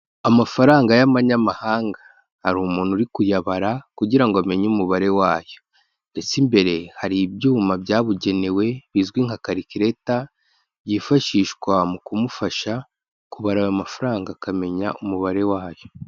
Amafaranga y'amanyamahanga, hari umuntu uri kuyabara kugira ngo amenye umubare wayo ndetse imbere hari ibyuma byabugenewe bizwi nka karikireta yifashishwa mu kumufasha kubara aya mafaranga, akamenya umubare wayo.